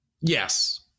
Yes